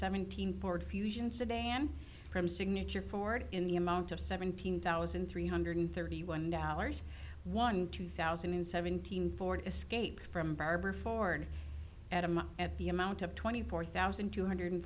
seventeen port fusion sedan from signature four in the amount of seventeen thousand three hundred thirty one dollars one two thousand and seventeen ford escape from barbara ford at him at the amount of twenty four thousand two hundred